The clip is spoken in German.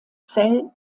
zell